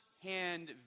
Hand